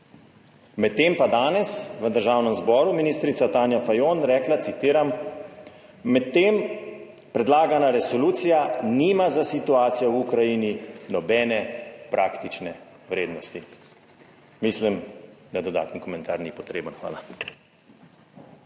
Med tem pa danes v Državnem zboru ministrica Tanja Fajon rekla, citiram, »med tem predlagana resolucija nima za situacijo v Ukrajini nobene praktične vrednosti«. Mislim, da dodaten komentar ni potreben. Hvala.